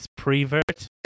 prevert